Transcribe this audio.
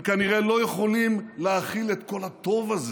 הם כנראה לא יכולים להכיל את כל הטוב הזה